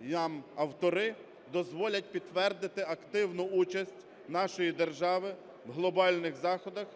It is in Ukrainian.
нам автори, дозволять підтвердити активну участь нашої держави в глобальних заходах